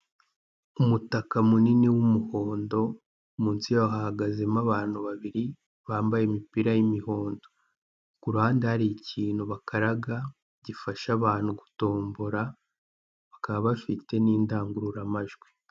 Umutaka munini w'umuhondo, munsi yawo hahagazemo abantu babiri, bambaye imipira y'imihondo, kuruhande hari ikintu bakaraga, gifasha abantu gutombora, bakaba bafite n'indangururamajwi.